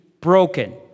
broken